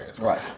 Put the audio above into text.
Right